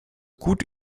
gut